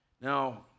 Now